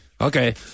Okay